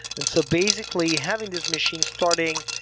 and so basically, having these machines starting,